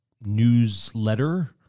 newsletter